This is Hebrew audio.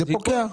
זה פוקע.